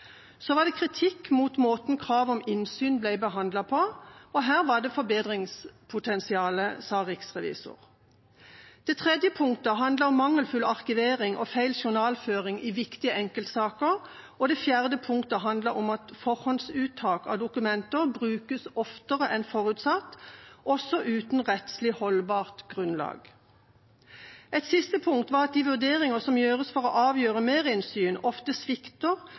Så var det kritikk mot måten krav om innsyn ble behandlet på – her var det forbedringspotensial, sa riksrevisoren. Det tredje punktet handlet om mangelfull arkivering og feil journalføring i viktige enkeltsaker, og det fjerde punktet handlet om at forhåndsuttak av dokumenter brukes oftere enn forutsatt, også uten rettslig holdbart grunnlag. Det siste punktet var at de vurderinger som gjøres for å avgjøre merinnsyn, ofte svikter,